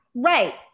Right